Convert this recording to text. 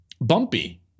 bumpy